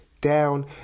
down